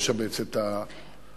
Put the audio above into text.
לשבץ אותם.